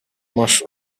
masz